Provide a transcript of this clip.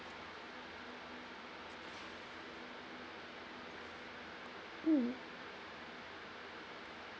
mm